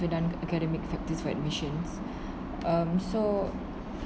non-academic factors for admissions uh so